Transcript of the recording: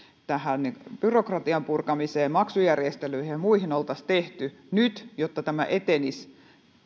byrokratian purkamiseen maksujärjestelyihin ja muihin oltaisiin tehty nyt jotta tämä etenisi